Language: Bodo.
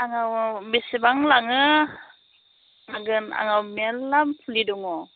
आंनाव बेसेबां लाङो हागोन आंनाव मेरला पुलि दङ